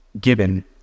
given